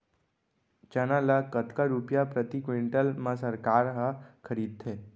चना ल कतका रुपिया प्रति क्विंटल म सरकार ह खरीदथे?